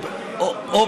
היא